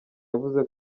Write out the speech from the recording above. yavuze